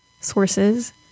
sources